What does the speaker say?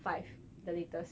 five the latest